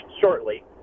shortly